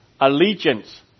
allegiance